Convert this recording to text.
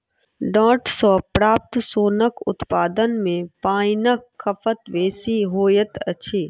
डांट सॅ प्राप्त सोनक उत्पादन मे पाइनक खपत बेसी होइत अछि